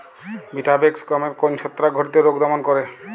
Vitavax গমের কোন ছত্রাক ঘটিত রোগ দমন করে?